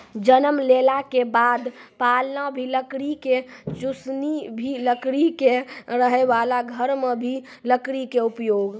जन्म लेला के बाद पालना भी लकड़ी के, चुसनी भी लकड़ी के, रहै वाला घर मॅ भी लकड़ी के उपयोग